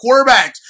quarterbacks